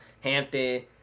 Hampton